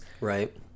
Right